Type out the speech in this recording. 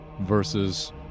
versus